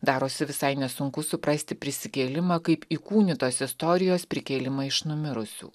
darosi visai nesunku suprasti prisikėlimą kaip įkūnytos istorijos prikėlimą iš numirusių